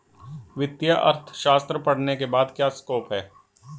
वित्तीय अर्थशास्त्र पढ़ने के बाद क्या स्कोप है?